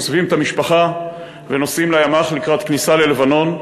עוזבים את המשפחה ונוסעים לימ"ח לקראת כניסה ללבנון.